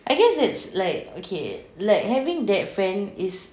I guess that's like okay like having that friend is